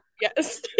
Yes